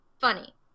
funny